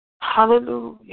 Hallelujah